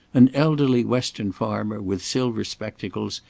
an elderly western farmer, with silver spectacles,